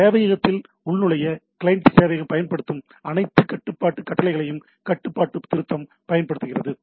சேவையகத்தில் உள்நுழைய கிளையன்ட் சேவையகம் பயன்படுத்தும் அனைத்து கட்டுப்பாட்டு கட்டளைகளுக்கும் கட்டுப்பாட்டு திருத்தம் பயன்படுத்தப்படுகிறது